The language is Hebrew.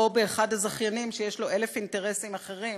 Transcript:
או באחד הזכיינים שיש לו אלף אינטרסים אחרים,